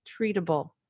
treatable